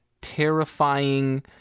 terrifying